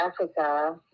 Africa